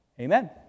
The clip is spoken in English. Amen